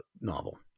novel